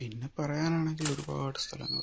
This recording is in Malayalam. പിന്നെ പറയാനാണെങ്കിൽ ഒരുപാട് സ്ഥലങ്ങൾ